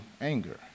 anger